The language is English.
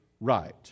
right